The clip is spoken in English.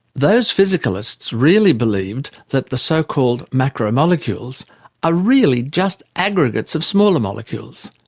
those physicalists really believed that the so-called macromolecules are really just aggregates of smaller molecules,